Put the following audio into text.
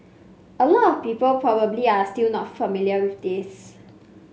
a lot of people probably are still not familiar with this